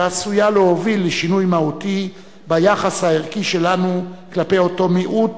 שעשויה להוביל לשינוי מהותי ביחס הערכי שלנו כלפי אותו מיעוט,